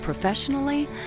professionally